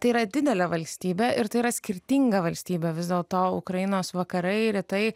tai yra didelė valstybė ir tai yra skirtinga valstybė vis dėlto ukrainos vakarai rytai